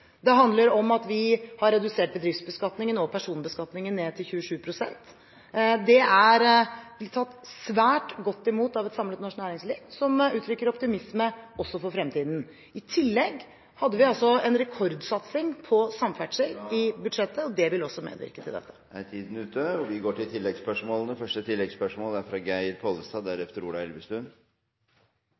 om at vi har redusert bedriftsbeskatningen og personbeskatningen til 27 pst. Dette er blitt tatt svært godt imot av et samlet norsk næringsliv, som uttrykker optimisme – også for fremtiden. I tillegg hadde vi i budsjettet en rekordsatsing på samferdsel. Det vil også medvirke til dette. Det blir oppfølgingsspørsmål – først Geir Pollestad. Under bygg.no kan en lese at økt dieselavgift «skraper bunnlinja til